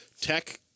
tech